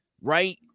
Right